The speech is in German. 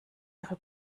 ihre